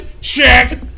Check